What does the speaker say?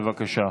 בבקשה.